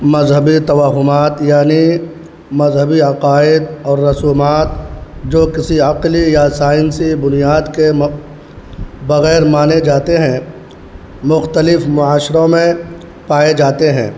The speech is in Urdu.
مذہبی توہمات یعنی مذہبی عقائد اور رسومات جو کسی عقلی یا سائنسی بنیاد کے بغیر مانے جاتے ہیں مختلف معاشروں میں پائے جاتے ہیں